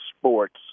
sports